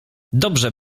dobrze